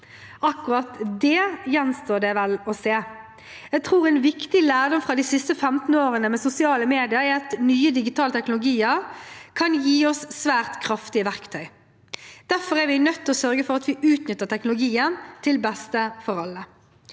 Akkurat det gjenstår vel å se. Jeg tror en viktig lærdom fra de siste 15 årene med sosiale medier er at nye digitale teknologier kan gi oss svært kraftige verktøy. Derfor er vi nødt til å sørge for at vi utnytter teknologien til beste for alle.